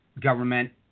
government